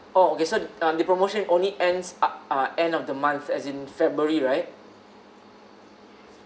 oh okay so um the promotion only ends up uh end of the month as in february right